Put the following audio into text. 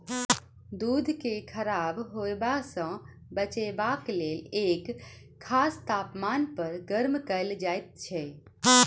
दूध के खराब होयबा सॅ बचयबाक लेल एक खास तापमान पर गर्म कयल जाइत छै